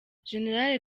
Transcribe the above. general